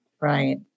Right